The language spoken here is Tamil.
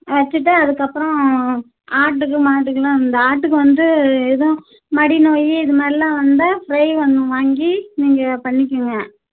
வச்சுட்டு அதுக்கப்புறோம் ஆட்டுக்கும் மாட்டுக்குலாம் அந்த ஆட்டுக்கு வந்து எதுவும் மடி நோய் இது மாதிரில்லாம் வந்தால் ஸ்ப்ரேயி ஒன்று வாங்கி நீங்கள் பண்ணிக்கோங்க